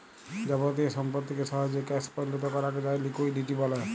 যাবতীয় সম্পত্তিকে সহজে ক্যাশ পরিলত করাক যায় লিকুইডিটি ব্যলে